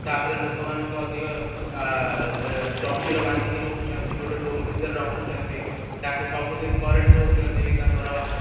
ତା'ପରେ ଲୋକମାନଙ୍କୁ ଅଧିକ ଜଞ୍ଜିର ବାନ୍ଧିକି ରଖୁଛନ୍ତି ଗୋଟେ ରୁମ୍ ଭିତରେ ରଖୁଛନ୍ତି ତାଙ୍କୁ ସବୁଦିନ କରେଣ୍ଟ୍ ଦେଉଛନ୍ତି ତାଙ୍କର